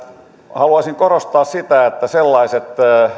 haluaisin korostaa sitä että sellaiset